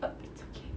but it's okay